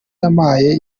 yampaye